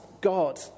God